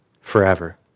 forever